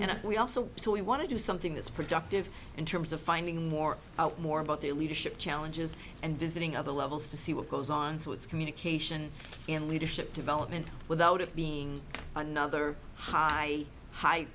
and we also so we want to do something that's productive in terms of finding more out more about the leadership challenges and visiting other levels to see what goes on so it's communication and leadership development without it being another high hi